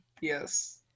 yes